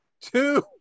two